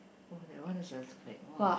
oh that is a like !wah!